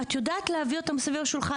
את יודעת להביא אותם סביב השולחן,